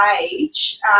age